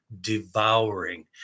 devouring